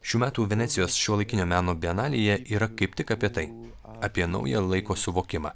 šių metų venecijos šiuolaikinio meno bienalėje yra kaip tik apie tai apie naują laiko suvokimą